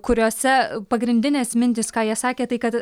kuriuose pagrindinės mintys ką jie sakė tai kad